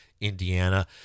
Indiana